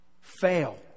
fail